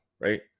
right